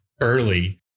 early